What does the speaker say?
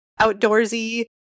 outdoorsy